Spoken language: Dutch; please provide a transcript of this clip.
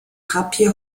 grapje